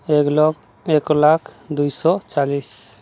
ଏ ଲକ୍ ଏକ ଲାଖ୍ ଦୁଇଶହ ଚାଳିଶ